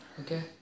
okay